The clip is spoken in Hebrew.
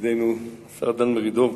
ידידנו השר דן מרידור.